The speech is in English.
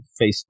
Facebook